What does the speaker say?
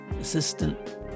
assistant